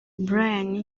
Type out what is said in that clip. brian